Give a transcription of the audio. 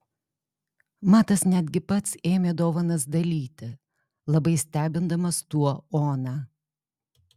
matas netgi pats ėmė dovanas dalyti labai stebindamas tuo oną